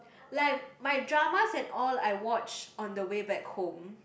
like my dramas and all I watch on the way back home